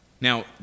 Now